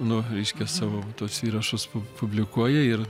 nu reiškia savo tuos įrašus publikuoja ir